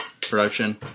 production